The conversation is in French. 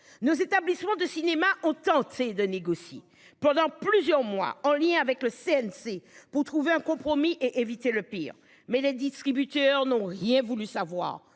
nos établissements de cinéma ont tenté de négocier pendant plusieurs mois en lien avec le CNC pour trouver un compromis et éviter le pire, mais les distributeurs n'ont rien voulu savoir